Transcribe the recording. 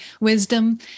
wisdom